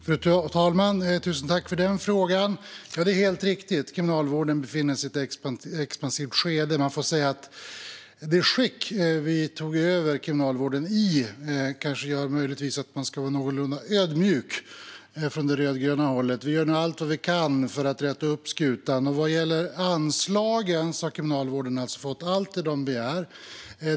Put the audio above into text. Fru talman! Tusen tack för den frågan, Annika Strandhäll! Det är helt riktigt att kriminalvården befinner sig i ett expansivt skede. Det skick den var i när vi tog över gör möjligtvis att man ska vara någorlunda ödmjuk från det rödgröna hållet. Vi gör nu allt vi kan för att räta upp skutan. Vad gäller anslagen har Kriminalvården fått allt man begär.